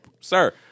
Sir